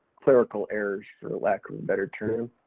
clerical errors for lack of a better term.